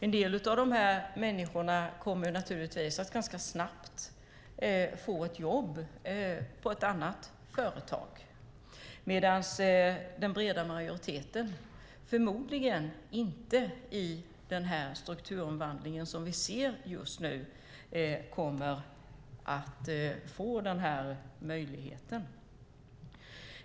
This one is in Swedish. En del av dessa människor kommer naturligtvis ganska snabbt att få ett jobb på ett annat företag, medan den breda majoriteten förmodligen i den strukturomvandling som vi nu ser inte kommer att få den möjligheten.